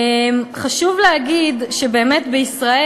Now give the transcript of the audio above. חשוב להגיד: בישראל,